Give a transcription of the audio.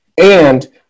and-